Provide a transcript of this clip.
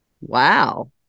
wow